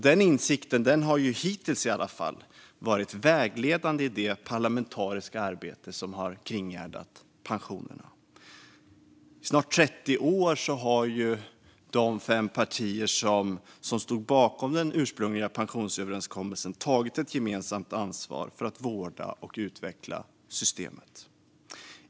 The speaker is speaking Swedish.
Den insikten har hittills varit vägledande i det parlamentariska arbete som har kringgärdat pensionerna. I snart 30 år har de fem partier som stod bakom den ursprungliga pensionsöverenskommelsen tagit ett gemensamt ansvar för att vårda och utveckla systemet.